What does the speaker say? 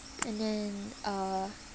and then uh